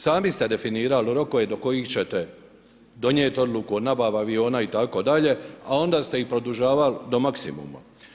Sami ste definirali rokove do kojih ćete donijeti odluku o nabavi aviona itd, a onda ste ih produžavali do maksimuma.